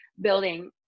building